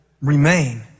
remain